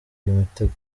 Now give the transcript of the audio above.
imitego